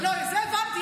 את זה הבנתי,